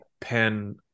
pen